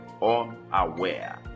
unaware